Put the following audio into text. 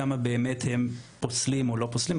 כמה באמת הם פוסלים או לא פוסלים,